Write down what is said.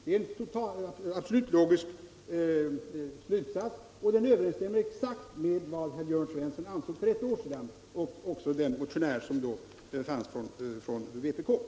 Det är som sagt en absolut logisk slutsats, och den överensstämmer exakt med vad herr Jörn Svensson ansåg för ett år sedan — liksom den ledamot från vpk som då var motionär.